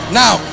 now